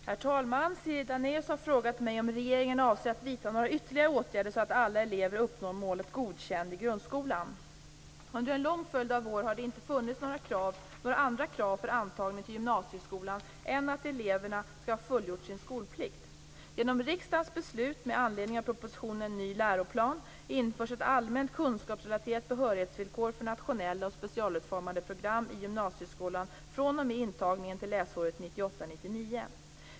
Herr talman! Siri Dannaeus har frågat mig om regeringen avser att vidta några ytterligare åtgärder så att alla elever uppnår målet Godkänd i grundskolan. Under en lång följd av år har det inte funnits några andra krav för antagning till gymnasieskolan än att eleverna skulle ha fullgjort sin skolplikt. Genom riksdagens beslut med anledning av propositionen En ny läroplan (prop. 1992 99.